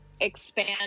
expand